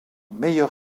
meilleur